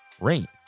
Rain